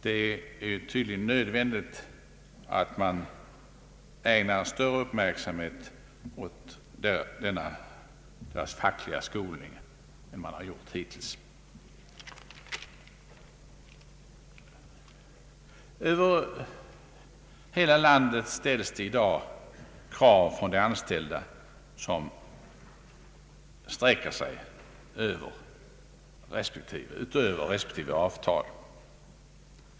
Det är nödvändigt att man ägnar en större uppmärksamhet åt deras fackliga skolning än man gjort hittills. Över hela landet ställs i dag krav från de anställda som sträcker sig utöver respektive avtal.